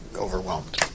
overwhelmed